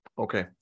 Okay